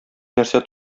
нәрсә